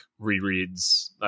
rereads